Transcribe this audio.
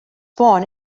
born